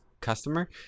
Customer